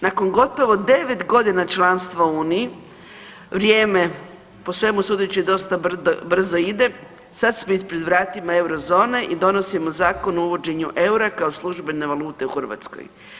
Nakon gotovo devet godina članstva u Uniji vrijeme po svemu sudeći dosta brzo ide, sad smo ispred vratima eurozone i donosimo Zakon o uvođenju eura kao službene valute u Hrvatskoj.